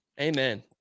Amen